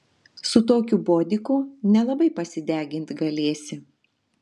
su tokiu bodiku nelabai pasidegint galėsi